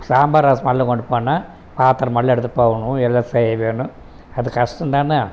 சாம்பார் ரசம் எல்லாம் கொண்டு போனால் பாத்திரமெல்லாம் எடுத்துகிட்டு போகணும் எல்லாம் செய்ய வேணும் அது கஷ்டம்தான